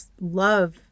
love